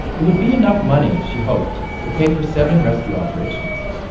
it would be enough money, she hoped, to pay for seven rescue operations.